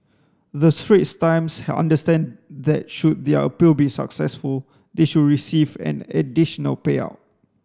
the Straits Times understand that should their appeal be successful they should receive an additional payout